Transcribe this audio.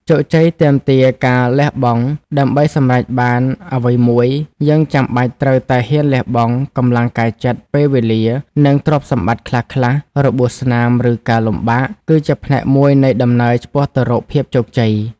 ជោគជ័យទាមទារការលះបង់ ដើម្បីសម្រេចបានអ្វីមួយ យើងចាំបាច់ត្រូវតែ ហ៊ានលះបង់ កម្លាំងកាយចិត្ត ពេលវេលា និងទ្រព្យសម្បត្តិខ្លះៗ របួសស្នាម ឬការលំបាក គឺជាផ្នែកមួយនៃដំណើរឆ្ពោះទៅរកភាពជោគជ័យ។